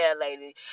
lady